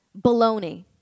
Baloney